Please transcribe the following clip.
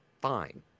fine